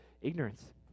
Ignorance